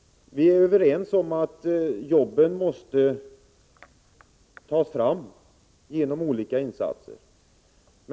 Vi är överens om att jobben måste tas fram genom olika insatser.